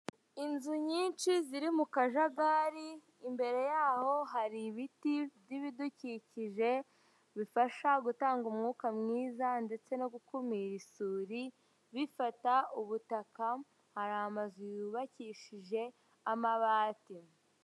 Inzu nyinshi ziri mu kajagari imbere yaho hari ibiti by'ibidukikije bifasha gutanga umwuka mwiza ndetse no gukumira isuri; bifata ubutaka hari amazu yubakishije amabati.